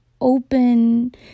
open